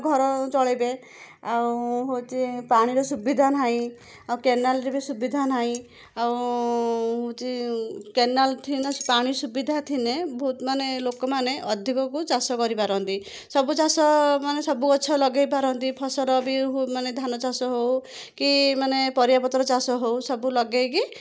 ଘର ଚଳେଇବେ ଆଉ ହଉଛି ପାଣିର ସୁବିଧା ନାହିଁ ଆଉ କେନାଲରେ ବି ସୁବିଧା ନାହିଁ ଆଉ ହଉଛି କେନାଲ ଥିନେ ପାଣି ସୁବିଧା ଥିନେ ବହୁତ ମାନେ ଲୋକମାନେ ଅଧିକକୁ ଚାଷ କରିପାରନ୍ତିି ସବୁ ଚାଷ ମାନେ ସବୁ ଗଛ ଲଗେଇପାରନ୍ତି ଫସଲ ବି ମାନେ ଧାନଚାଷ ହଉ କି ମାନେ ପରିବାପତ୍ର ଚାଷ ହଉ ସବୁ ଲଗେଇକି